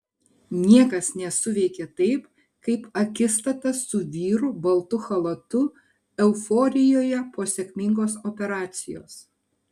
niekas nesuveikė taip kaip akistata su vyru baltu chalatu euforijoje po sėkmingos operacijos